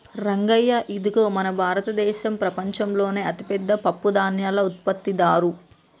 రంగయ్య ఇదిగో మన భారతదేసం ప్రపంచంలోనే అతిపెద్ద పప్పుధాన్యాల ఉత్పత్తిదారు